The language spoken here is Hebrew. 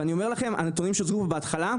ואני אומר לכם, הנתונים שהוצגו פה בהתחלה,